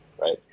right